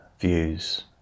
views